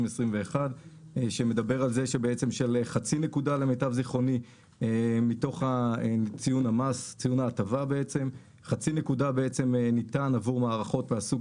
שמדבר על זה שחצי נקודה מתוך ציון ההטבה ניתן עבור מערכות מהסוג